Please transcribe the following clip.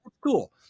cool